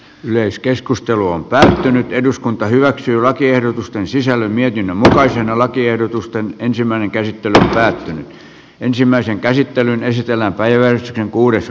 yleiskeskusteluun pääsee jo nyt eduskunta voisi vähän virtaviivaistaa ja lähteä ehkä enemmän sitten yleisten oikeusperiaatteitten pohjalta